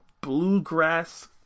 bluegrass